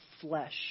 flesh